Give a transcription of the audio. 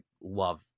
love